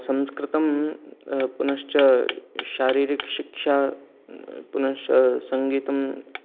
संस्कृतं पुनश्च शारीरिकशिक्षा पुनश्च सङ्गीतं